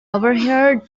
overheard